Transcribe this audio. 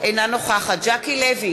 נגד יצחק כהן,